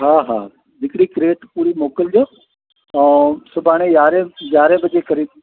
हा हा हिकड़ी क्रेट पूरी मोकिलिजो ऐं सुभाणे यारहं यारहं बजे क़रीबु